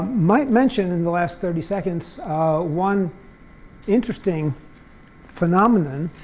might mention in the last thirty seconds one interesting phenomenon.